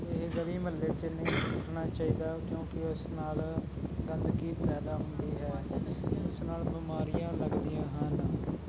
ਇਹ ਗਲੀ ਮੁਹੱਲੇ 'ਚ ਨਹੀਂ ਸੁੱਟਣਾ ਚਾਹੀਦਾ ਕਿਉਂਕਿ ਉਸ ਨਾਲ ਗੰਦਗੀ ਪੈਦਾ ਹੁੰਦੀ ਹੈ ਇਸ ਨਾਲ ਬਿਮਾਰੀਆਂ ਲੱਗਦੀਆਂ ਹਨ